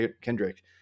Kendrick